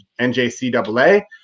NJCAA